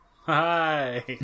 Hi